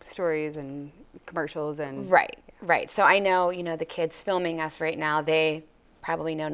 stories and commercials and right right so i know you know the kids filming us right now they probably know